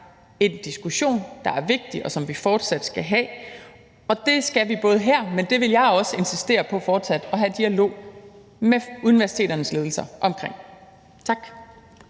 en diskussion, der er vigtig, og som vi fortsat skal have. Den skal vi have her, men jeg vil også insistere på fortsat at have en dialog med universiteternes ledelser om det. Tak.